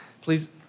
please